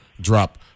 drop